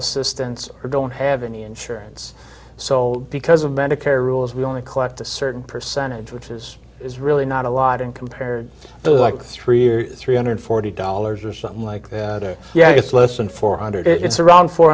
assistance or don't have any insurance so because of medicare rules we only collect a certain percentage which is is really not a lot and compared to the like three years three hundred forty dollars or something like that yeah it's less than four hundred it's around four